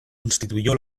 instituyó